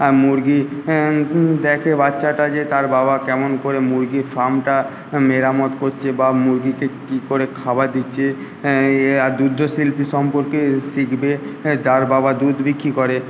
আর মুরগি দেখে বাচ্চাটা যে তার বাবা কেমন করে মুরগির ফার্মটা মেরামত করছে বা মুরগিকে কি করে খাবার দিচ্ছে আর দুগ্ধশিল্পী সম্পর্কে শিখবে যার বাবা দুধ বিক্রি করে